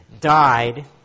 died